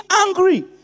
angry